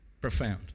Profound